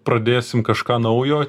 pradėsim kažką naujo